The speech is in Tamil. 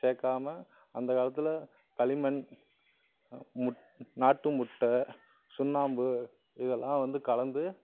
சேர்க்காம அந்த காலத்தில் களிமண் முட் நாட்டு முட்டை சுண்ணாம்பு இதெல்லாம் வந்து கலந்து